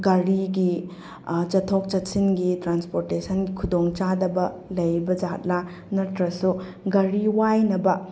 ꯒꯥꯔꯤꯒꯤ ꯆꯠꯊꯣꯛ ꯆꯠꯁꯤꯟꯒꯤ ꯇ꯭ꯔꯥꯟꯁꯄꯣꯔꯠꯇꯦꯁꯟꯒꯤ ꯈꯨꯗꯣꯡꯆꯥꯗꯕ ꯂꯩꯕ ꯖꯥꯠꯂ ꯅꯠꯇ꯭ꯔꯁꯨ ꯒꯥꯔꯤ ꯋꯥꯏꯅꯕ